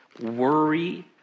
worry